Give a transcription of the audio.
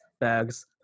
bags